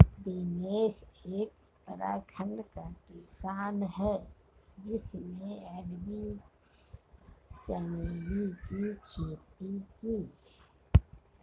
दिनेश एक उत्तराखंड का किसान है जिसने अरबी चमेली की खेती की